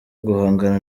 guhangana